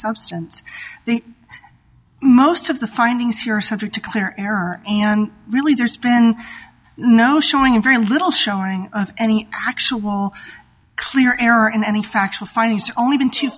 substance most of the findings you're subject to clear error and really there's been no showing very little showing any actual clear error in any factual findings only been t